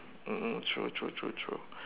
mm mm true true true true